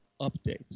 updates